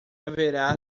haverá